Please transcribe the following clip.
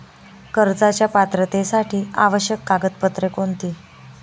कर्जाच्या पात्रतेसाठी आवश्यक कागदपत्रे कोणती?